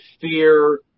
fear